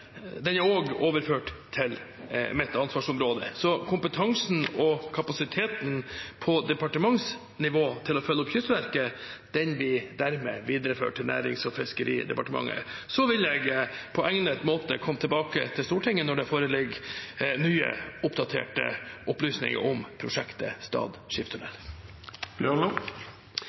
overført til mitt ansvarsområde. Kompetansen og kapasiteten på departementsnivå til å følge opp Kystverket blir dermed videreført i Nærings- og fiskeridepartementet. Så vil jeg på egnet måte komme tilbake til Stortinget når det foreligger nye og oppdaterte opplysninger om prosjektet